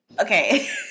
Okay